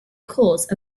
cause